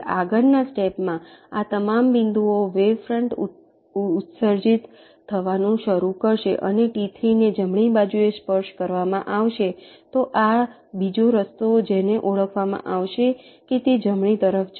આગળના સ્ટેપ માં આ તમામ બિંદુઓ વેવ ફ્રેન્ટ ઉત્સર્જિત થવાનું શરુ કરશે અને T3 ને જમણી બાજુએ સ્પર્શ કરવામાં આવશે તો આ બીજો રસ્તો જેને ઓળખવામાં આવશે કે તે જમણી તરફ જશે